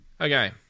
Okay